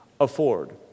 afford